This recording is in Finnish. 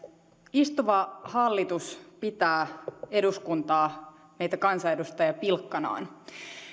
istuva hallitus pitää eduskuntaa meitä kansanedustajia pilkkanaan